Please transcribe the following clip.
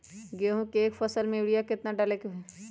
गेंहू के एक फसल में यूरिया केतना डाले के होई?